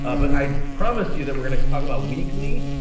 ah but i promise you that we're gonna talk about weekly,